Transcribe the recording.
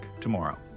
tomorrow